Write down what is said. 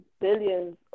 billions